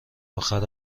اخر